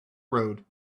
road